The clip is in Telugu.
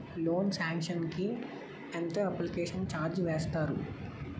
లోన్ సాంక్షన్ కి ఎంత అప్లికేషన్ ఛార్జ్ వేస్తారు?